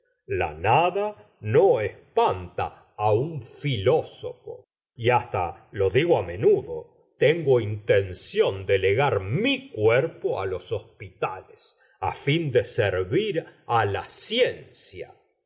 la nada no espanta á un filósofo y hasta lo digo á menudo tengo intención de legar mi cuerpo á los hospitales á fin de servir á la ciencia